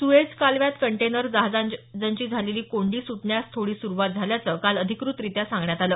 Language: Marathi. सुएझ कालव्यात कंटेनर जहाजांची झालेली कोंडी सुटण्यास थोडी सुरवात झाल्याचं काल अधिकृतरीत्या सांगण्यात आलं